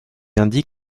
indique